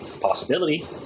Possibility